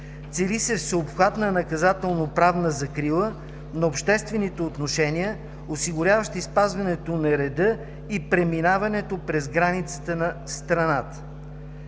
Цели се всеобхватна наказателно-правна закрила на обществените отношения, осигуряващи спазването на реда и преминаването през границата на страната.